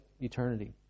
eternity